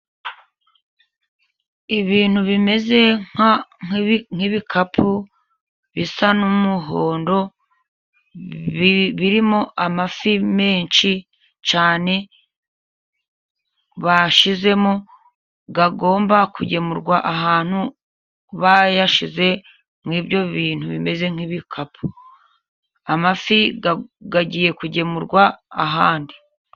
Ibintu bimeze nk'ibikapu bisa n'umuhondo, birimo amafi menshi cyane bashyizemo, agomba kugemurwa ahantu, bayashyize mu ibyo bintu bimeze nk'ibikapu, amafi agagiye kugemurwa ahandi.